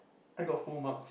I got full marks